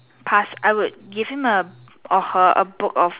pass I would give him a offer a book of